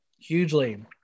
Hugely